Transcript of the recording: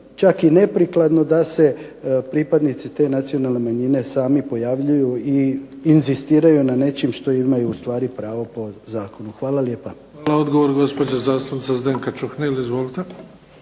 čak i neprikladno da se pripadnici te nacionalne manjine sami pojavljuju i inzistiraju na nečem što imaju ustvari pravo po zakonu. Hvala lijepa. **Bebić, Luka (HDZ)** Hvala. Odgovor gospođa zastupnica Zdenka Čuhnil. Izvolite.